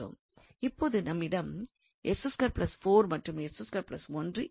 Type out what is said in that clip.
இப்போது நம்மிடம் மற்றும் இருக்கின்றது